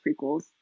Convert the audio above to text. prequels